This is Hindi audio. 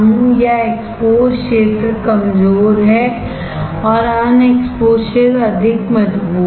या एक्सपोज्ड क्षेत्र कमजोर है और अनएक्सपोज्डक्षेत्र अधिक मजबूत है